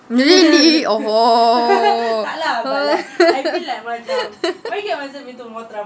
really orh hor